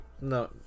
No